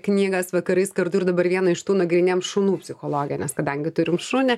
knygas vakarais kartu ir dabar vieną iš tų nagrinėjam šunų psichologiją nes kadangi turim šunį